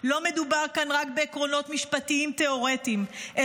לא מדובר כאן רק בעקרונות משפטיים תיאורטיים אלא